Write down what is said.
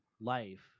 life